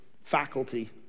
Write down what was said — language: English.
faculty